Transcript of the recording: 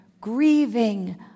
grieving